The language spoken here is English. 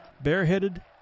bareheaded